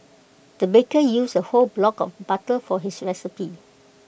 the baker used A whole block of butter for this recipe